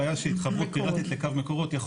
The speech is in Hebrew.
הבעיה שהתחברות פיראטית לקו מקורות יכול